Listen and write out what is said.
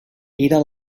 era